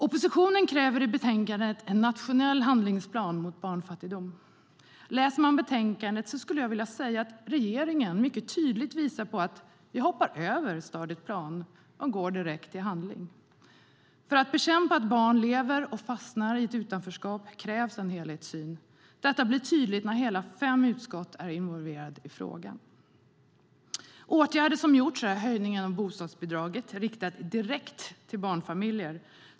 Oppositionen kräver i betänkandet en nationell handlingsplan mot barnfattigdom. Läser man betänkandet visar regeringen tydligt att vi hoppar över "plan" och går direkt till "handling". För att bekämpa att barn lever och fastnar i ett utanförskap krävs en helhetssyn. Detta blir tydligt när hela fem utskott är involverade i frågan. Åtgärder som vidtagits är höjningen av bostadsbidraget för barnfamiljer.